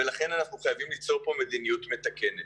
לכן, אנחנו חייבים ליצור פה מדיניות מתקנת.